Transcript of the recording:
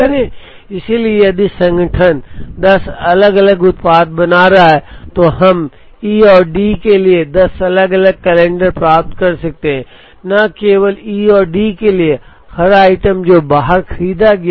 इसलिए यदि संगठन 10 अलग अलग उत्पाद बना रहा है तो हम ई और डी के लिए 10 अलग अलग कैलेंडर प्राप्त कर सकते हैं न केवल ई और डी के लिए हर आइटम जो बाहर खरीदा गया है